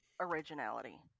originality